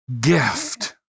gift